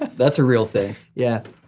that's a real thing. yeah,